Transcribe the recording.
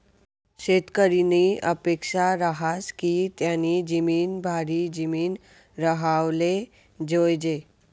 शेतकरीनी अपेक्सा रहास की त्यानी जिमीन भारी जिमीन राव्हाले जोयजे